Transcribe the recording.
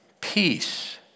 peace